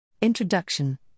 Introduction –